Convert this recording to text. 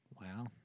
Wow